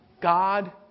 God